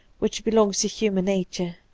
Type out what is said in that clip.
which belongs to human nature.